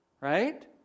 Right